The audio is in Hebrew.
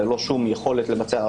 ללא שום יכולת לבצע,